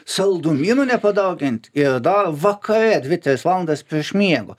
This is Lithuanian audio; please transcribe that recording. saldumynų nepadauginti ir dar vakare dvi tris valandas prieš miego